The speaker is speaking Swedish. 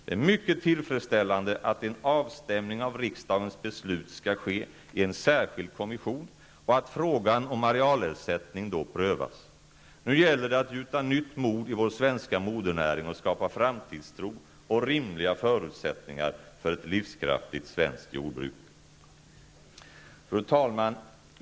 Det är mycket tillfredsställande att en avstämning av riksdagens beslut skall ske i en särskild kommission och att frågan om arealersättning då prövas. Nu gäller det att gjuta nytt mod i vår svenska modernäring och skapa framtidstro och rimliga förutsättningar för ett livskraftigt svenskt jordbruk. Fru talman!